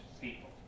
people